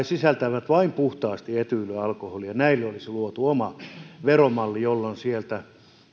sisältävät vain puhtaasti etyylialkoholia olisi luotu oma veromalli jolloin sieltä